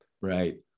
Right